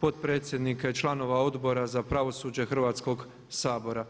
potpredsjednika i članova Odbora za pravosuđe Hrvatskoga sabora.